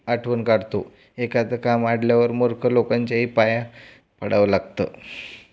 आठवण काढतो एखादं काम आडल्यावर मूर्ख लोकांच्याही पाया पडावं लागतं